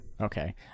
okay